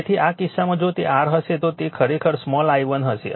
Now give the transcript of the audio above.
તેથી આ કિસ્સામાં જો તે r હશે તો તે ખરેખર સ્મોલ i1 હશે